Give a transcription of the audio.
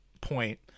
point